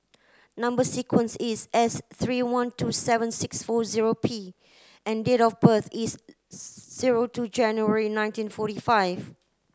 number sequence is S three one two seven six four zero P and date of birth is zero two January nineteen forty five